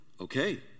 Okay